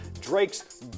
Drake's